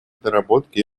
доработки